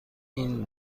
این